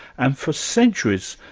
and for centuries,